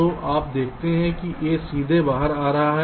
तो आप देखते हैं कि a सीधे बाहर आ रहा है